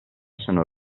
sono